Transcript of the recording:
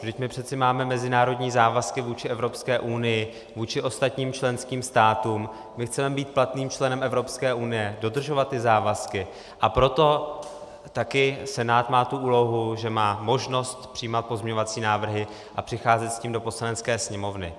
Vždyť my přece máme mezinárodní závazky vůči Evropské unii, vůči ostatním členským státům, my chceme být platným členem Evropské unie, dodržovat závazky, a proto také Senát má tu úlohu, že má možnost přijímat pozměňovací návrhy a přicházet s tím do Poslanecké sněmovny.